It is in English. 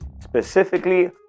specifically